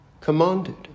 commanded